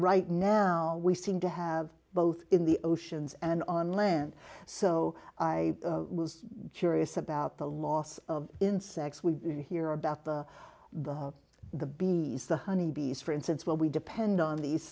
right now we seem to have both in the oceans and on land so i was curious about the loss of insects we hear about the the the b the honey bees for instance when we depend on these